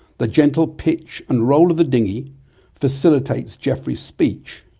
the gentle pitch and role of the dinghy facilitates geoffrey's speech.